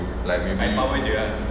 like maybe